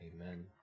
Amen